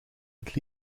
het